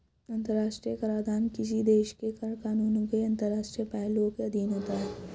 अंतर्राष्ट्रीय कराधान किसी देश के कर कानूनों के अंतर्राष्ट्रीय पहलुओं के अधीन होता है